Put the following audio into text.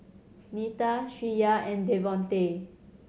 Neta Shreya and Devontae